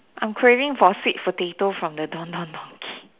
I'm craving for sweet potato from the Don-Don-Donki